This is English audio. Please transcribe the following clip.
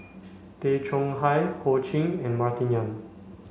Tay Chong Hai Ho Ching and Martin Yan